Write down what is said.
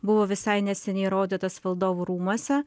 buvo visai neseniai rodytas valdovų rūmuose